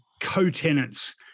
co-tenants